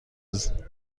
زخمتی